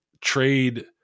trade